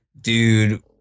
dude